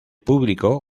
público